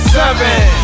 seven